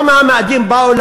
לא מהמאדים באו,